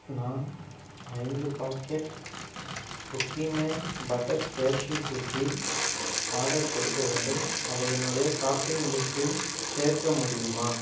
நான் ஐந்து packet Cookie Man butter cashew cookie order கொடுக்க வேண்டும் அதை என்னுடைய சாப்பிங் லிஸ்ட்டில் சேர்க்க முடியுமா